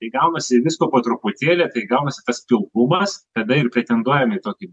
tai gaunasi visko po truputėlį tai gaunasi tas pilkumas tada ir pretenduojam į tokį